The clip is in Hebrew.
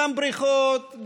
גם בריכות,